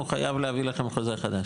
הוא חייב להעביר לכם חוזה חדש.